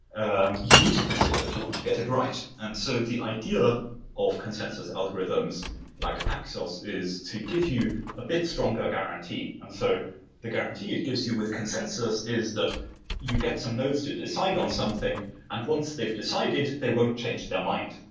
um you need to consider if you want to get it right. and so the idea of consensus algorithms like paxos is to give you a bit stronger guarantee. and so the guarantee it gives you with consensus is that you get some nodes to decide on something and once they've decided, they won't change their mind.